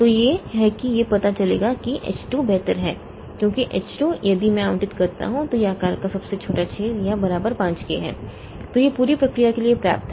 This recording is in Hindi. तो यह है कि यह पता चलेगा कि H 2 बेहतर है क्योंकि H 2 यदि मैं आवंटित करता हूं तो यह आकार का सबसे छोटा छेद या बराबर 5 K है तो यह पूरी प्रक्रिया के लिए पर्याप्त है